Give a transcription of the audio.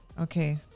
Okay